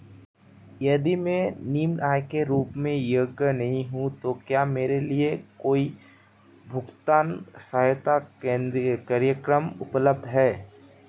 यदि मैं निम्न आय के रूप में योग्य नहीं हूँ तो क्या मेरे लिए कोई भुगतान सहायता कार्यक्रम उपलब्ध है?